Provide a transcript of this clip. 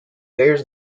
bears